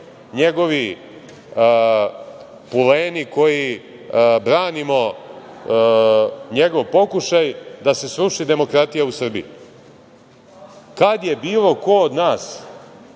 njegovi puleni koji branimo njegov pokušaj da se sruši demokratija u Srbiji. Kada je bilo ko od nas